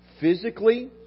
physically